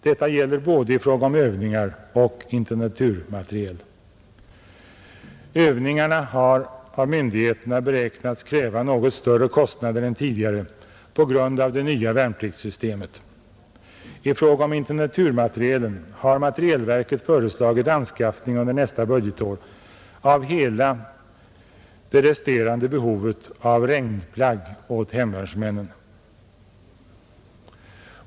Detta gäller i fråga om både övningar och intendenturmateriel. Övningarna har av myndigheterna beräknats kräva något större kostnader än tidigare på grund av det nya värnpliktssyste met. I fråga om intendenturmaterielen har materielverket föreslagit anskaffning under nästa budgetår av hela det resterande behovet av regnplagg till hemvärnsmännen.